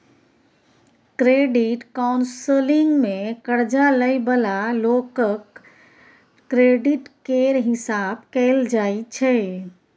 credit counselling मे कर्जा लइ बला लोकक क्रेडिट केर हिसाब कएल जाइ छै